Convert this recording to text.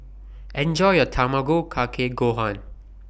Enjoy your Tamago Kake Gohan